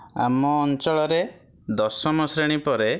ଆମ ଅଞ୍ଚଳରେ ଦଶମ ଶ୍ରେଣୀ ପରେ